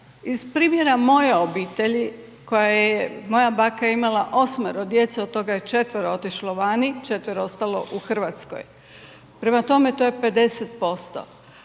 Iz primjera moje obitelji koja je, moja baka je imala 8 djece, od toga je 4 otišlo vani, 4 ostalo u Hrvatskoj. Prema tome to je 50%.